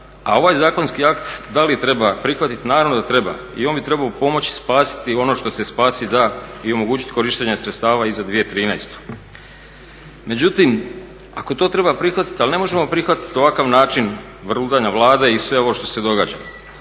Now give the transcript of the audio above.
a ovaj zakonski akt da li treba prihvatiti, naravno da treba i on bi trebao pomoći spasiti ono što se spasit da i omogućit korištenje sredstava i za 2013. Međutim, ako to treba prihvatiti ali ne možemo prihvatit ovakav način vrludanja Vlade i sve ovo što se događa.